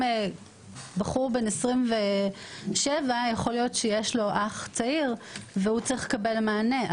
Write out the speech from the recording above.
שגם לבחור בן 27 יש אח צעיר שצריך לקבל מענה.